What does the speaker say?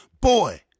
Boy